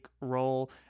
role